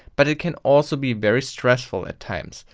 but it can also be very stressful at times.